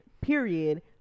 Period